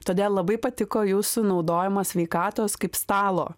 todėl labai patiko jūsų naudojamą sveikatos kaip stalo